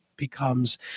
becomes